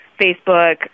Facebook